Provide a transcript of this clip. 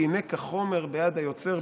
כי הינה כחומר ביד היוצר,